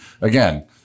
again